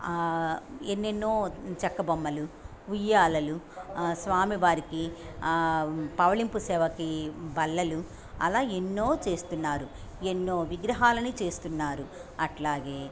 ఎన్నెన్నో చెక్క బొమ్మలు ఉయ్యాలలు స్వామి వారికి పవళింపు సేవకి బల్లలు అలా ఎన్నో చేస్తున్నారు ఎన్నో విగ్రహాలని చేస్తున్నారు అట్లాగే